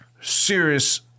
serious